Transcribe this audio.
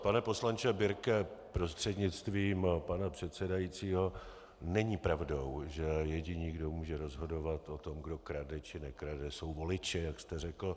Pane poslanče Birke prostřednictvím pana předsedajícího, není pravdou, že jediný, kdo může rozhodovat o tom, kdo krade, či nekrade, jsou voliči, jak jste řekl.